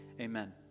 amen